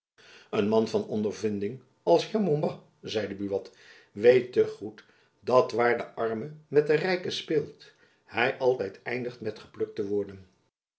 een man van ondervinding als de heer van montbas zeide buat weet tegoed dat waar de arme met den rijke speelt hy altijd eindigt met geplukt te worden